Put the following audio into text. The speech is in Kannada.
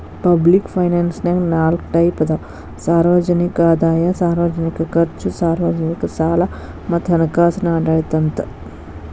ಪಬ್ಲಿಕ್ ಫೈನಾನ್ಸನ್ಯಾಗ ನಾಲ್ಕ್ ಟೈಪ್ ಅದಾವ ಸಾರ್ವಜನಿಕ ಆದಾಯ ಸಾರ್ವಜನಿಕ ಖರ್ಚು ಸಾರ್ವಜನಿಕ ಸಾಲ ಮತ್ತ ಹಣಕಾಸಿನ ಆಡಳಿತ ಅಂತ